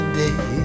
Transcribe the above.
day